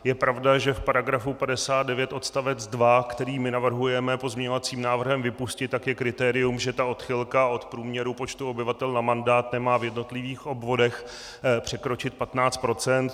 Je pravda, že v § 59 odst. 2, který my navrhujeme pozměňovacím návrhem vypustit, je kritérium, že ta odchylka od průměru počtu obyvatel na mandát nemá v jednotlivých obvodech překročit 15 %.